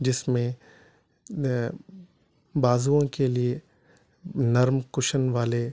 جس میں بازؤں کے لیے نرم کشن والے